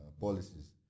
policies